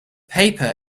paper